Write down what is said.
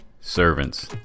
Servants